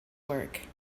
work